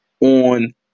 on